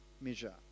measure